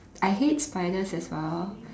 I hate spiders as well